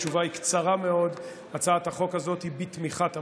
התשובה היא קצרה מאוד: הצעת החוק הזאת היא בתמיכת הממשלה.